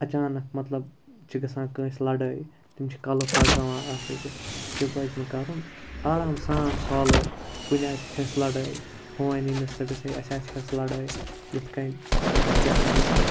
اچانک مطلب چھِ گژھان کٲنٛسہِ لَڑٲے تِم چھِ کَلہٕ پھاٹراوان اَکھ أکِس تہِ پَزِ نہٕ کَرُن آرام سان سالوٗ کُنہِ آسہِ حِصہٕ لَڑٲے ہُہ وَنہِ ییٚمِس دَپٮ۪س ہے اَسہِ ہہ چھِ حِصہٕ لَڑٲے یِتھ کٔنۍ أسۍ کیٛاہ کَرو اَتھ